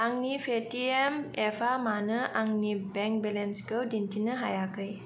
आंनि पेटिएम एपआ मानो आंनि बेंक बेलेन्सखौ दिन्थिनो हायाखै